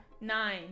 Nine